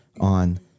on